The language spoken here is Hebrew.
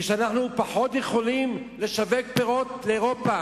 כשאנחנו יכולים לשווק פחות פירות לאירופה,